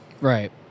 Right